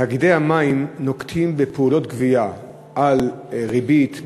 תאגידי המים נוקטים פעולות גבייה על ריבית,